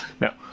No